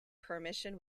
permission